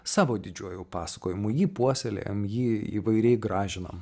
savo didžiuoju pasakojimu jį puoselėjam jį įvairiai gražinam